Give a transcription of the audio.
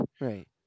right